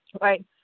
right